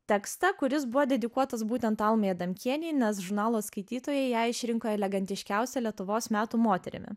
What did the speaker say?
tekstą kuris buvo dedikuotas būtent almai adamkienei nes žurnalo skaitytojai ją išrinko elegantiškiausia lietuvos metų moterimi